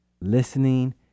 Listening